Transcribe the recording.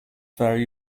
very